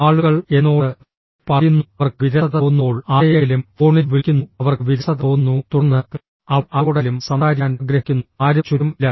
ആളുകൾ എന്നോട് പറയുന്നു അവർക്ക് വിരസത തോന്നുമ്പോൾ ആരെയെങ്കിലും ഫോണിൽ വിളിക്കുന്നു അവർക്ക് വിരസത തോന്നുന്നു തുടർന്ന് അവർ ആരോടെങ്കിലും സംസാരിക്കാൻ ആഗ്രഹിക്കുന്നു ആരും ചുറ്റും ഇല്ല